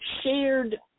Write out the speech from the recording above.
shared